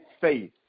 faith